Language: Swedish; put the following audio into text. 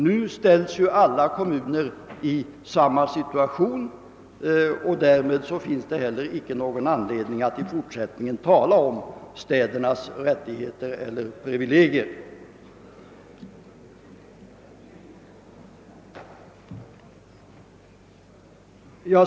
Nu ställs alla kommuner i samma situation, och därför finns det inte någon anledning att i fortsättningen tala om städernas privilegier.